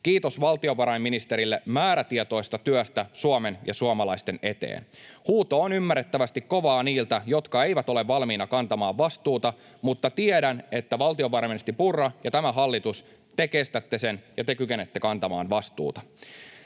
Kiitos valtiovarainministerille määrätietoisesta työstä Suomen ja suomalaisten eteen. Huuto on ymmärrettävästi kovaa niiltä, jotka eivät ole valmiina kantamaan vastuuta, mutta tiedän, että, valtiovarainministeri Purra ja tämä hallitus, te kestätte sen ja te kykenette kantamaan vastuuta.